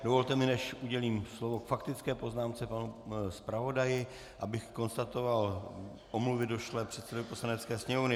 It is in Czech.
Dovolte mi, než udělím slovo k faktické poznámce panu zpravodaji, abych konstatoval omluvy došlé předsedovi Poslanecké sněmovny.